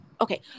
Okay